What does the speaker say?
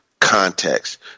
context